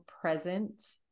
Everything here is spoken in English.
present